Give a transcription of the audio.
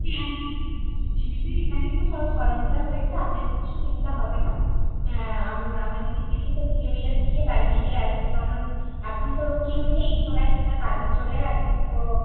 হুম হুম হুম আমাদের এখানেই তো সব সরঞ্জাম রয়েছে আপনাকে কিছু কিনতে হবে না আম আমাদেরই জিনিস আছে ছেলে মেয়েরা গিয়ে লাগিয়ে দিয়ে আসবে কারণ এখন তো কেউ নেই সবাই যে যার কাজে চলে গেছে তো